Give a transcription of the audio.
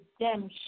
redemption